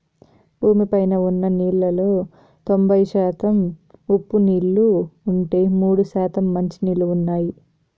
భూమి పైన ఉన్న నీళ్ళలో తొంబై శాతం ఉప్పు నీళ్ళు ఉంటే, మూడు శాతం మంచి నీళ్ళు ఉన్నాయి